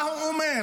מה הוא אומר?